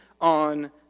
on